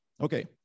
Okay